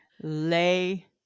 lay